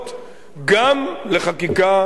גם לחקיקה מיוחדת.